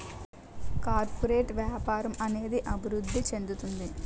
corporate వ్యాపారం అనేది అభివృద్ధి చెందుతుంది